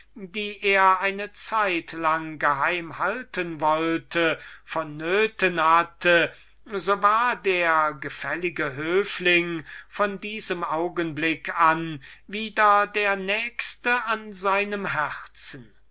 welche er eine zeitlang geheim halten wollte nötig hatte so war timocrat von diesem augenblick an wieder der nächste an seinem herzen